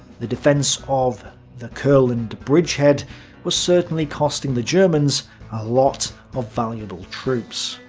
the defence of the courland bridgehead was certainly costing the germans a lot of valuable troops.